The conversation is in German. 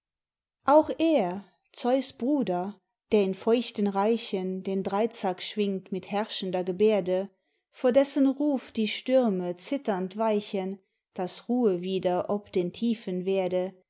auch er zeus bruder der in feuchten reichen den dreizack schwingt mit herrschender geberde vor dessen ruf die stürme zitternd weichen daß ruhe wieder ob den tiefen werde